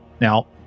Now